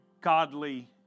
godly